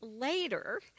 later